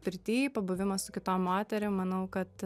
pirty pabuvimas su kitom moterim manau kad